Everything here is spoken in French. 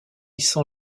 sans